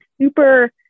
super